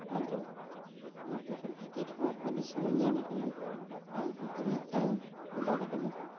ᱟᱫᱚ ᱚᱱᱟ ᱯᱮᱠᱮᱴ ᱵᱷᱤᱛᱤᱨ ᱨᱮᱦᱚᱸ ᱟᱹᱰᱤ ᱥᱳᱢᱚᱭ ᱧᱮᱞ ᱟᱠᱟᱱᱟ ᱟᱢ ᱦᱳᱭᱛᱳᱢ ᱢᱤᱫᱴᱟᱝ ᱮᱢ ᱚᱰᱟᱨ ᱟᱠᱟᱫᱟ